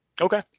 Okay